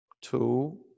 Two